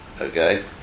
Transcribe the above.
Okay